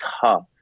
tough